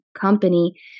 company